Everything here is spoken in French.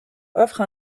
offre